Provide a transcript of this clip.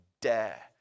dare